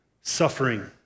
suffering